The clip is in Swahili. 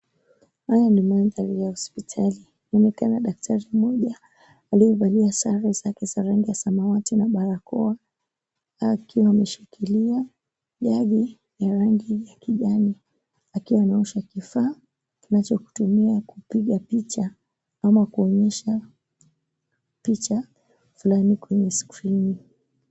Haya ni mandhari ya hospitali. Anaonekana daktari mmoja aliyevalia sare zake za rangi ya samawati na barakoa akiwa ameshikilia jugi ya rangi ya kijani, akiwa anaosha kifaa anachotumia kupiga picha ama kuonyesha picha fulani kwenye skrini.